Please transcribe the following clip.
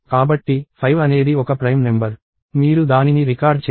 కాబట్టి 5 అనేది ఒక ప్రైమ్ నెంబర్ మీరు దానిని రికార్డ్ చేయండి